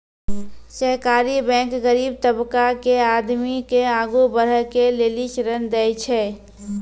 सहकारी बैंक गरीब तबका के आदमी के आगू बढ़ै के लेली ऋण देय छै